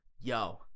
Yo